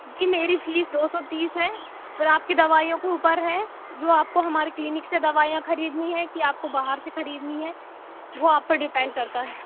जी मेरी फीस दो सौ तीस है और आपकी दवाइयों के ऊपर है जो आपको हमारे क्लिनीक से दवाइयाँ खरीदनी है कि आपको बाहर से खरीदनी है वो आप पर डिपेंड करता है